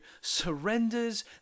surrenders